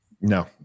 No